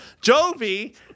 Jovi